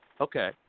Okay